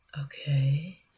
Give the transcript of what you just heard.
Okay